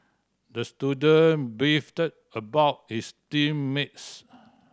the student beefed about his team mates